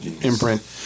imprint